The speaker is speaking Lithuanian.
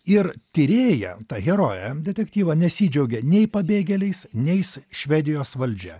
ir tyrėja herojė detektyvo nesidžiaugia nei pabėgėliais nei s švedijos valdžia